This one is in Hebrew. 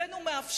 בין אם הוא מאפשר,